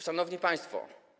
Szanowni Państwo!